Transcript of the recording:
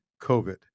COVID